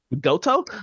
Goto